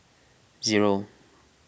zero